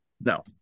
No